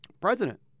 president